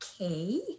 Okay